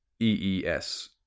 E-E-S